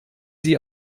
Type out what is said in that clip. sie